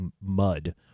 mud